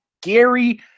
Gary